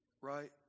right